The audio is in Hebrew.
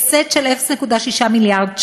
הפסד של 0.6 מיליארד שקל,